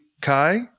kai